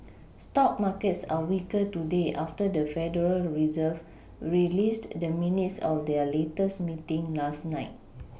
stock markets are weaker today after the federal Reserve released the minutes of their latest meeting last night